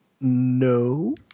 No